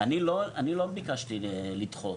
אני לא ביקשתי לדחוק,